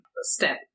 step